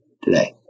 today